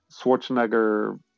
schwarzenegger